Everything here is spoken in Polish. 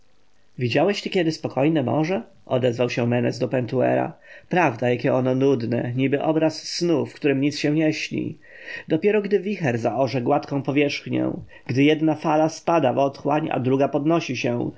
widziałeś ty kiedy spokojne morze odezwał się menes do pentuera prawda jakie ono nudne niby obraz snu w którym się nic nie śni dopiero gdy wicher zaorze gładką powierzchnię gdy jedna fala spada w otchłań a druga podnosi się